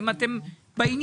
האם אתם בעניין?